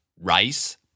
rice